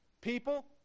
people